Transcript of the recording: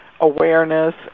awareness